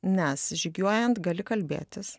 nes žygiuojant gali kalbėtis